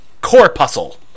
Corpuscle